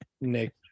Nick